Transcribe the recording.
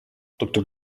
doctor